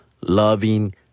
loving